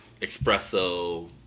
espresso